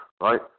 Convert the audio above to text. Right